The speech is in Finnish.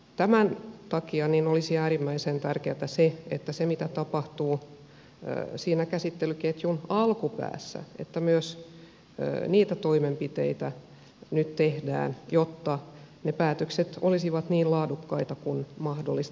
tämän takia olisi äärimmäisen tärkeätä se mitä tapahtuu siinä käsittelyketjun alkupäässä että myös niitä toimenpiteitä nyt tehdään jotta ne päätökset olisivat niin laadukkaita kuin mahdollista